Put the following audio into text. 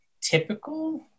typical